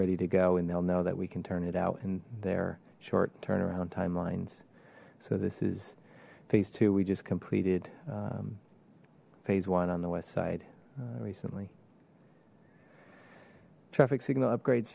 ready to go and they'll know that we can turn it out and their short turnaround timelines so this is phase two we just completed phase one on the west side recently traffic signal upgrades